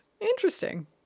Interesting